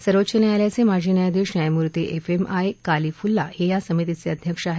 सर्वोच्च न्यायालयाचे माजी न्यायधीश न्यायमूर्ती एफ एम आय कालीफुल्ला हे या समितीचे अध्यक्ष आहेत